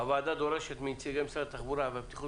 הוועדה דורשת מנציגי משרד התחבורה והבטיחות